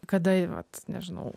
kada ji vat nežinau